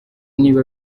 niba